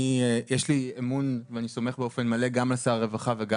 יש לי אמון ואני סומך באופן מלא על שר הרווחה ועל